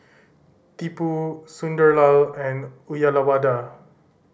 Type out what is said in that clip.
Tipu Sunderlal and Uyyalawada